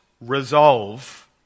resolve